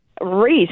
race